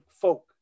folk